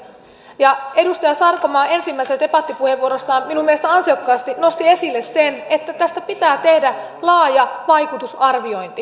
edustaja sarkomaa ensimmäisessä debattipuheenvuorossaan minun mielestäni ansiokkaasti nosti esille sen että tästä pitää tehdä laaja vaikutusarviointi